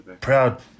Proud